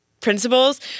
Principles